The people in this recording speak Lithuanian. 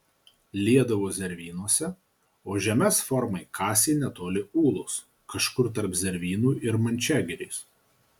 liedavo zervynose o žemes formai kasė netoli ūlos kažkur tarp zervynų ir mančiagirės